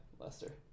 Lester